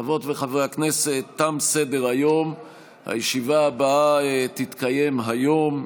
חבר הכנסת סעדי, אתה בעד.